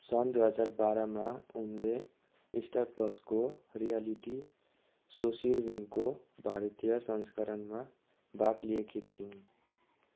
सन् दुई हजार बाह्रमा उनले स्टार प्लसको रियालिटी सो सुरविनको भारतीय संस्करणमा भाग लिएकी थिइन्